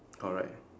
alright